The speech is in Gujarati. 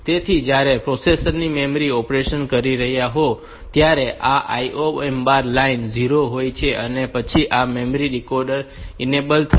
તેથી જ્યારે પ્રોસેસર ની મેમરી ઓપરેશન કરી રહી હોય ત્યારે આ IOMbar લાઇન 0 હોય છે અને પછી આ મેમરી ડીકોડર ઇનેબલ થશે